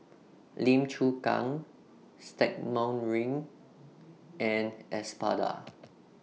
Lim Chu Kang Stagmont Ring and Espada